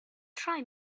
try